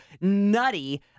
nutty